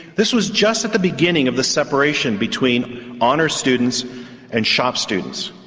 this was just at the beginning of the separation between honours students and shop students.